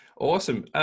Awesome